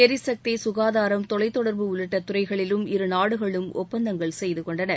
எரிசக்தி சுகாதாரம் தொலைத்தொடர்பு உள்ளிட்ட துறைகளிலும் இருநாடுகளும் ஒப்பந்தங்கள் செய்தகொண்டன